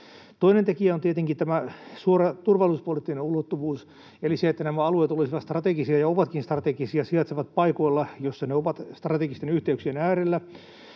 Toinen tekijä on tietenkin tämä suora turvallisuuspoliittinen ulottuvuus, eli se, että nämä alueet olisivat strategisia ja ovatkin strategisia, sijaitsevat paikoilla, joissa ne ovat strategisten yhteyksien äärellä.